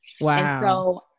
Wow